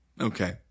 Okay